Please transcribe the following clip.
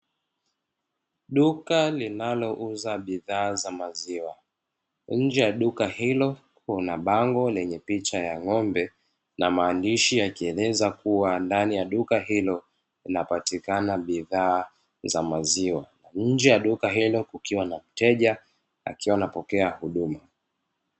Duka linalouza bidhaa za maziwa, nje ya duka hilo kuna bango lenye picha ya ng'ombe, na maandishi yakieleza kuwa ndani ya duka hilo linapatikana bidhaa za maziwa, nje ya duka hilo kukiwa na mteja akiwa anapokea huduma.